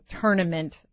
tournament